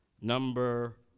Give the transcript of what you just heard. number